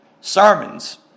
sermons